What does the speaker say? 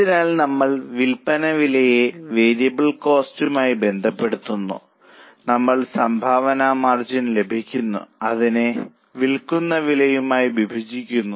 അതിനാൽ നമ്മൾ വിൽപ്പന വിലയെ വേരിയബിൾ കോസ്റ്റുമായി ബന്ധപ്പെടുത്തുന്നു നമ്മൾക്ക് സംഭാവന മാർജിൻ ലഭിക്കുന്നു അതിനെ വിൽക്കുന്ന വിലയായി ഹരിക്കുന്നു